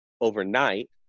overnight